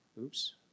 oops